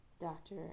Doctor